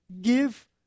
give